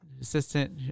assistant